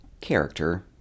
character